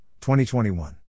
2021